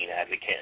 advocate